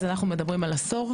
אז אנחנו מדברים על עשור,